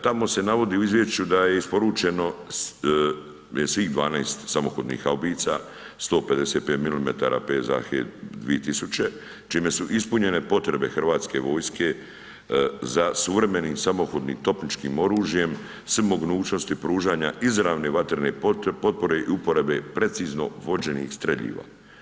Tamo se navodi u izvješću da je isporučeno svih 12 samohodnih haubica 155 mm PZH 2000 čime su ispunjene potrebe Hrvatske vojske za suvremenih samohodnim topničkim oružjem s mogućnosti pružanja izravne vatrene potpore i uporabe precizno vođenih streljiva.